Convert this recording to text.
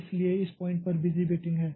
इसलिए इस पॉइंट पर बिज़ी वेटिंग हैं